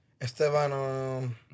Esteban